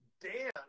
Dan